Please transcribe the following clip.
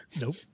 Nope